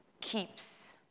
keeps